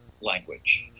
language